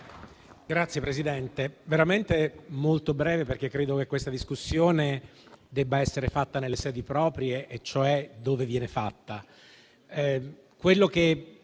Signor Presidente, sarò molto breve, perché credo che questa discussione debba essere svolta nelle sedi proprie e cioè dove viene svolta,